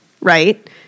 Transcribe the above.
right